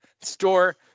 Store